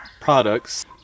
products